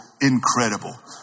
incredible